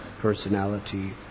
Personality